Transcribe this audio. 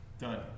Done